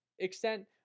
extent